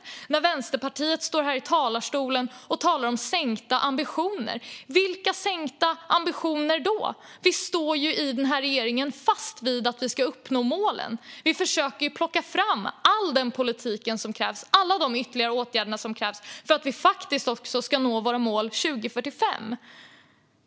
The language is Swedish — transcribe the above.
Representanter för Vänsterpartiet står här i talarstolen och talar om sänkta ambitioner, men vilka ambitioner är det? Vi i regeringen står ju fast vid att Sverige ska uppnå målen. Vi försöker ju att plocka fram all den politik och alla de ytterligare åtgärder som krävs för att Sverige ska nå målen också 2045.